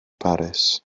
baris